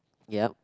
ya